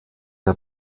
der